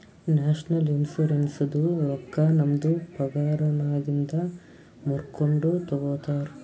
national ಇನ್ಶುರೆನ್ಸದು ರೊಕ್ಕಾ ನಮ್ದು ಪಗಾರನ್ನಾಗಿಂದೆ ಮೂರ್ಕೊಂಡು ತಗೊತಾರ್